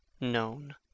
known